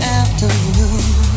afternoon